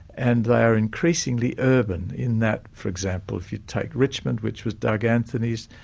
and they are increasingly urban in that, for example, if you take richmond which was doug anthony's,